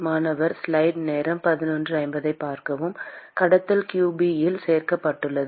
மாணவர் கடத்தல் qB இல் சேர்க்கப்பட்டுள்ளது